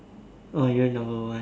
oh you are number one